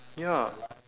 ya